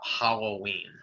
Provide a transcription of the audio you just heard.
Halloween